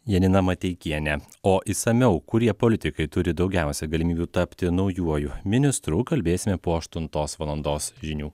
janina mateikienė o išsamiau kurie politikai turi daugiausiai galimybių tapti naujuoju ministru kalbėsime po aštuntos valandos žinių